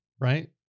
right